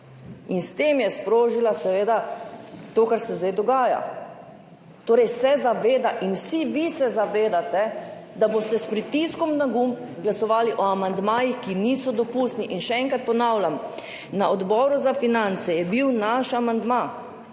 S tem je sprožila, seveda, to, kar se zdaj dogaja. Torej, se zaveda in vsi vi se zavedate, da boste s pritiskom na gumb glasovali o amandmajih, ki niso dopustni. In še enkrat ponavljam, na Odboru za finance je bil naš amandma